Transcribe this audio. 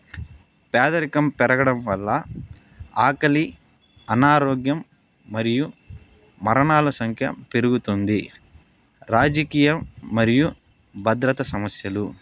పేదరికం పెరగడం వల్ల ఆకలి అనారోగ్యం మరియు మరణాల సంఖ్య పెరుగుతుంది రాజకీయం మరియు భద్రత సమస్యలు